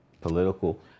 political